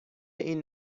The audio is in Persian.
این